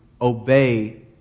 obey